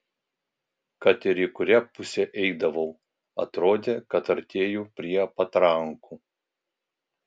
kad ir į kurią pusę eidavau atrodė kad artėju prie patrankų